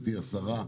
גברתי השרה,